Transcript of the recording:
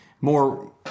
more